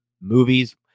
movies